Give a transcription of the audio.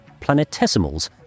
planetesimals